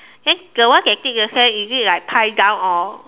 then the one that dig the sand is it like lie down or